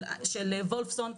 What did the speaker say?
של וולפסון,